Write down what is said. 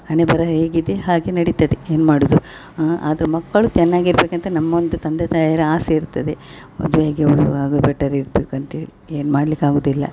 ಹಣೆಬರಹ ಹೇಗಿದೆ ಹಾಗೆ ನಡಿತದೆ ಏನು ಮಾಡುದು ಆದರು ಮಕ್ಕಳು ಚೆನ್ನಾಗಿ ಇರಬೇಕಂತ ನಮ್ಮ ಒಂದು ತಂದೆ ತಾಯರ ಆಸೆ ಇರ್ತದೆ ಮದ್ವೆಯಾಗಿ ಅವರು ಆಗ ಬೆಟರ್ ಇರಬೇಕು ಅಂತ್ಹೇಳಿ ಏನ್ಮಾಡಲ್ಲಿಕ್ಕೆ ಆಗುದಿಲ್ಲ